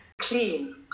Clean